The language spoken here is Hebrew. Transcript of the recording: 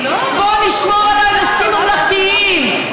בואו נשמור על הנושאים ממלכתיים.